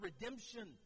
redemption